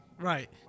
Right